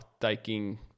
taking